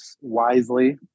wisely